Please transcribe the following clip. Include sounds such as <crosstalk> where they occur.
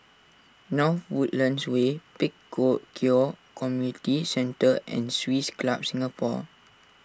North Woodlands Way Pek <unintelligible> Kio Community Centre and Swiss Club Singapore